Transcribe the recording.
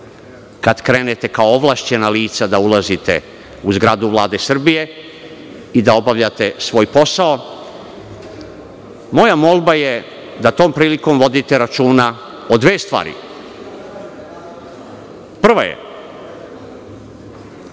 kada krenete kao ovlašćena lica da ulazite u zgradu Vlade Srbije i da obavljate svoj posao. Moja molba je da tom prilikom vodite računa o dve stvari. Prva je